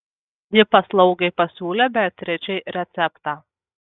ji paslaugiai pasiūlė beatričei receptą